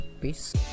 peace